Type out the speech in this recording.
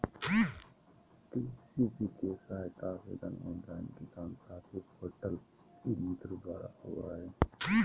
कृषि वित्तीय सहायता आवेदन ऑनलाइन किसान साथी पोर्टल पर ई मित्र द्वारा होबा हइ